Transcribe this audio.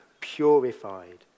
purified